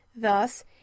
thus